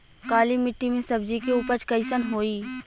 काली मिट्टी में सब्जी के उपज कइसन होई?